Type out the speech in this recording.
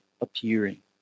appearing